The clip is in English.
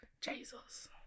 Jesus